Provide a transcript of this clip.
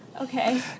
okay